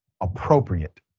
appropriate